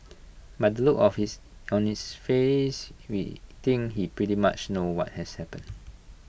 by the look of his on its face we think he pretty much know what had happened